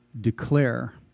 declare